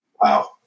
Wow